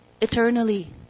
Eternally